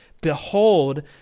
Behold